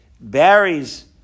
Barry's